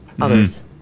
others